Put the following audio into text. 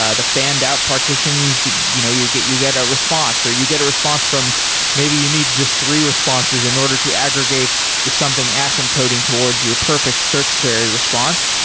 ah the fanned out partitions, you know you get you get a response, or you get a response from maybe you need just three responses in order to aggregate something asymptoting towards your perfect search query response.